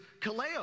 kaleo